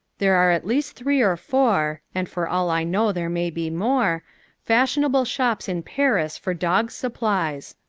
there are at least three or four and for all i know there may be more fashionable shops in paris for dogs' supplies.